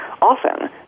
often